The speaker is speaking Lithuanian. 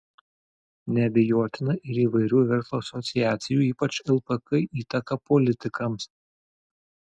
neabejotina ir įvairių verslo asociacijų ypač lpk įtaka politikams